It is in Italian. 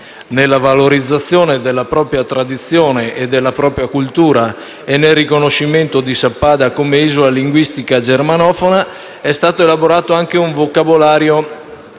Nella valorizzazione della propria tradizione e della propria cultura e nel riconoscimento di Sappada come isola linguistica germanofona è stato elaborato anche un vocabolario del